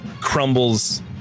crumbles